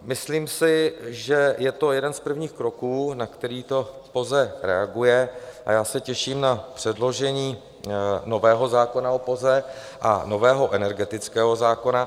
Myslím si, že je to jeden z prvních kroků, na který to POZE reaguje, a já se těším na předložení nového zákona o POZE a nového energetického zákona.